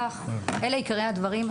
אלה עיקרי הדברים.